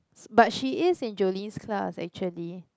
s~ but she is in Jolene's class actually